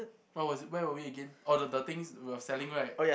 what was where were we again oh the the things we're selling right